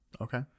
Okay